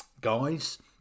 guys